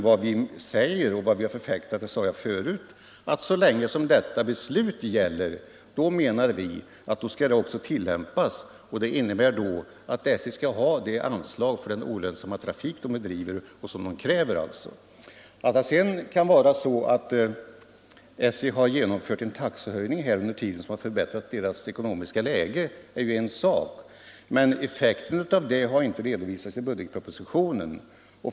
Vad vi förfäktar är — jag har sagt det förut — att så länge som detta beslut gäller skall det också tillämpas, och det innebär att SJ skall ha det anslag till den olönsamma järnvägstrafiken som SJ kräver. Att det nu har gjorts en taxehöjning som har förbättrat SJ:s ekonomiska läge är ju en sak för sig, men effekten av den har inte redovisats i budgetpropositionen.